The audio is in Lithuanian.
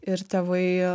ir tėvai